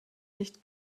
nicht